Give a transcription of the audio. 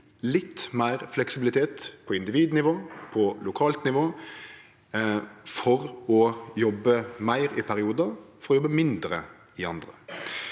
litt meir fleksibilitet på individnivå og lokalt nivå for å jobbe meir i periodar, og for å jobbe